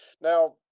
Now